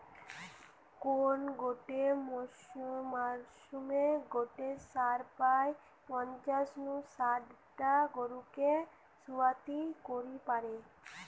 কোন গটে মরসুমে গটে ষাঁড় প্রায় পঞ্চাশ নু শাট টা গরুকে পুয়াতি করি পারে